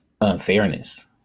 unfairness